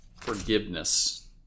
forgiveness